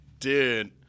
Dude